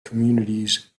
communities